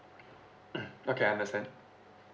okay I understand